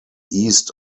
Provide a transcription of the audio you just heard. east